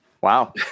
Wow